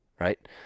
Right